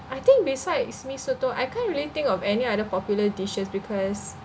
I think besides mee soto I can't really think of any other popular dishes because